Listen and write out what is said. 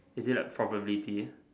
is it like probability